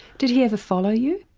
did he ever follow you?